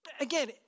Again